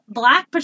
black